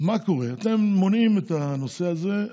מונעים את הנושא הזה,